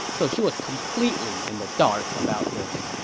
so she was completely in the dark about this